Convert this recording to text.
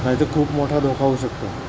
नाही तर खूप मोठा धोका होऊ शकतो